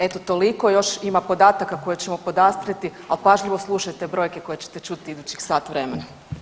Eto toliko, još ima podataka koje ćemo podastrijeti, ali pažljivo slušajte brojke koje ćete čuti idućih sat vremena.